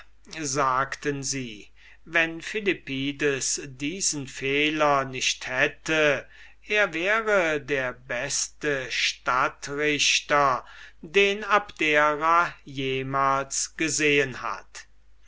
sagten sie wenn philippides diesen fehler nicht hätte er wäre der beste stadtrichter den abdera jemals gesehen hat